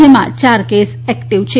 જેમાં ચાર case active છે